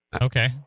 Okay